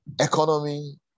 economy